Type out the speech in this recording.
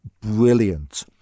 brilliant